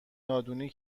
نادونی